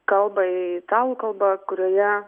kalbą italų kalba kurioje